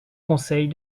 conseils